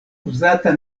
uzata